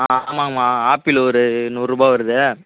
ஆ ஆமாம்மா ஆப்பிள் ஒரு நூறுரூபா வருது